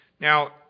Now